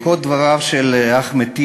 בעקבות דבריו של אחמד טיבי,